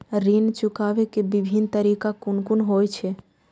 ऋण चुकाबे के विभिन्न तरीका कुन कुन होय छे?